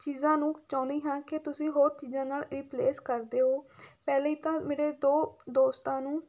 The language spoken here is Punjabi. ਚੀਜ਼ਾਂ ਨੂੰ ਚਾਹੁੰਦੀ ਹਾਂ ਕਿ ਤੁਸੀਂ ਹੋਰ ਚੀਜ਼ਾਂ ਨਾਲ਼ ਰਿਪਲੇਸ ਕਰ ਦਿਓ ਪਹਿਲੇ ਹੀ ਤਾਂ ਮੇਰੇ ਦੋ ਦੋਸਤਾਂ ਨੂੰ